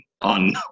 on